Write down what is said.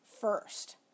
first